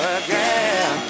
again